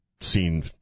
seen